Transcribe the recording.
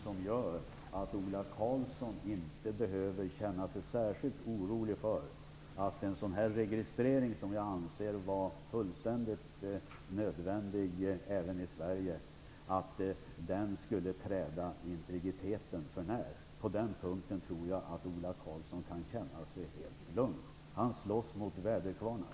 Därför behöver Ola Karlsson inte vara särskilt orolig för att en sådan här registrering - som jag anser vara fullständigt nödvändig även i Sverige - träder integriteten för när. På den punkten tror jag alltså att Ola Karlsson kan känna sig helt lugn. Han slåss mot väderkvarnar.